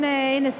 הנה,